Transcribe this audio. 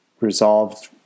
resolved